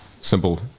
simple